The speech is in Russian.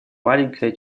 маленькая